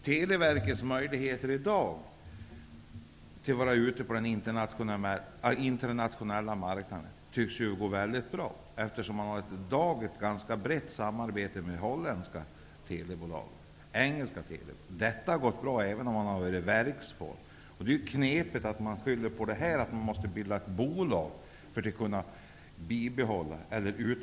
Televerkets möjligheter att vara ute på den internationella marknaden i dag tycks vara mycket bra. De har i dag ett ganska brett samarbete med holländska telebolag och engelska telebolag. Detta har gått bra även om man har arbetat i verksform. Då är det knepigt att man skyller på detta för att bilda ett bolag och utveckla dessa idéer.